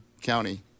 County